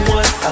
one